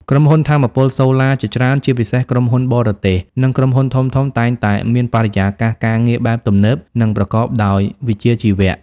ក្រុមហ៊ុនថាមពលសូឡាជាច្រើន ជាពិសេសក្រុមហ៊ុនបរទេស និងក្រុមហ៊ុនធំៗតែងតែមានបរិយាកាសការងារបែបទំនើប និងប្រកបដោយវិជ្ជាជីវៈ។